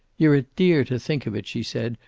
you're a dear to think of it, she said,